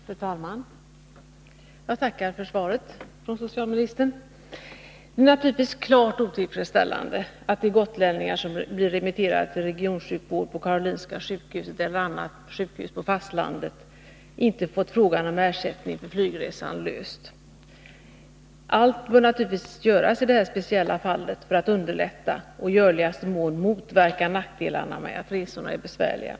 Fru talman! Jag tackar för svaret från socialministern. Det är naturligtvis klart otillfredsställande att de gotlänningar som blir remitterade till regionsjukvård på Karolinska sjukhuset eller annat sjukhus på fastlandet ej har fått frågan om ersättning för flygresan löst. Allt bör naturligtvis i detta speciella fall göras för att underlätta och i möjligaste mån motverka nackdelarna med att resorna är besvärliga.